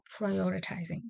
prioritizing